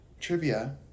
Trivia